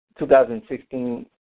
2016